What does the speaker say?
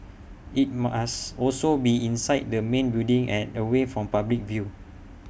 IT must also be inside the main building and away from public view